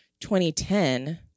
2010